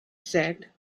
said